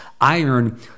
iron